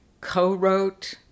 co-wrote